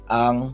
ang